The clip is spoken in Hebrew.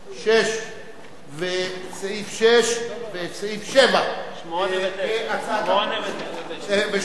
6 וסעיפים 7 ו-8 ו-9,